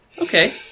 okay